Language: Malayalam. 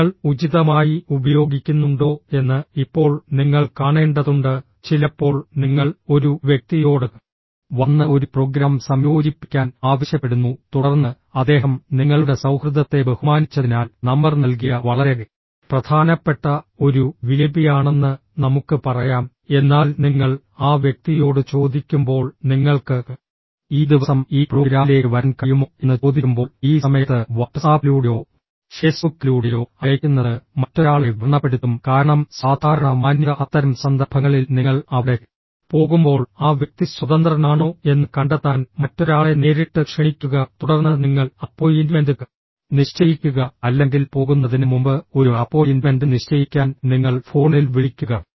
നിങ്ങൾ ഉചിതമായി ഉപയോഗിക്കുന്നുണ്ടോ എന്ന് ഇപ്പോൾ നിങ്ങൾ കാണേണ്ടതുണ്ട് ചിലപ്പോൾ നിങ്ങൾ ഒരു വ്യക്തിയോട് വന്ന് ഒരു പ്രോഗ്രാം സംയോജിപ്പിക്കാൻ ആവശ്യപ്പെടുന്നു തുടർന്ന് അദ്ദേഹം നിങ്ങളുടെ സൌഹൃദത്തെ ബഹുമാനിച്ചതിനാൽ നമ്പർ നൽകിയ വളരെ പ്രധാനപ്പെട്ട ഒരു വിഐപിയാണെന്ന് നമുക്ക് പറയാം എന്നാൽ നിങ്ങൾ ആ വ്യക്തിയോട് ചോദിക്കുമ്പോൾ നിങ്ങൾക്ക് ഈ ദിവസം ഈ പ്രോഗ്രാമിലേക്ക് വരാൻ കഴിയുമോ എന്ന് ചോദിക്കുമ്പോൾ ഈ സമയത്ത് വാട്ട്സ്ആപ്പിലൂടെയോ ഫേസ്ബുക്കിലൂടെയോ അയയ്ക്കുന്നത് മറ്റൊരാളെ വ്രണപ്പെടുത്തും കാരണം സാധാരണ മാന്യത അത്തരം സന്ദർഭങ്ങളിൽ നിങ്ങൾ അവിടെ പോകുമ്പോൾ ആ വ്യക്തി സ്വതന്ത്രനാണോ എന്ന് കണ്ടെത്താൻ മറ്റൊരാളെ നേരിട്ട് ക്ഷണിക്കുക തുടർന്ന് നിങ്ങൾ അപ്പോയിന്റ്മെന്റ് നിശ്ചയിക്കുക അല്ലെങ്കിൽ പോകുന്നതിന് മുമ്പ് ഒരു അപ്പോയിന്റ്മെന്റ് നിശ്ചയിക്കാൻ നിങ്ങൾ ഫോണിൽ വിളിക്കുക